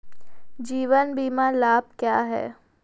जीवन बीमा लाभ क्या हैं?